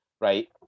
right